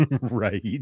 right